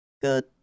Good